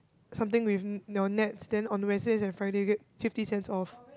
something with your Nets then on Wednesdays and Friday you get fifty cents off